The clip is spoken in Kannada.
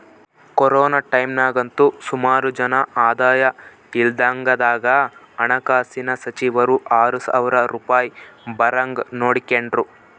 ಕೊರೋನ ಟೈಮ್ನಾಗಂತೂ ಸುಮಾರು ಜನ ಆದಾಯ ಇಲ್ದಂಗಾದಾಗ ಹಣಕಾಸಿನ ಸಚಿವರು ಆರು ಸಾವ್ರ ರೂಪಾಯ್ ಬರಂಗ್ ನೋಡಿಕೆಂಡ್ರು